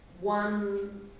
one